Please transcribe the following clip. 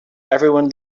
everyone